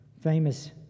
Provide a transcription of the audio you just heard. Famous